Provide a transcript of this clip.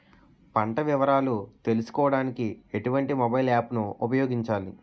పంట వివరాలు తెలుసుకోడానికి ఎటువంటి మొబైల్ యాప్ ను ఉపయోగించాలి?